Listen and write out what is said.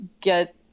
get